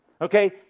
okay